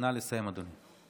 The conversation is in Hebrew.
נא לסיים, אדוני.